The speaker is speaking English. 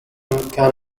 can